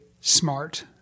smart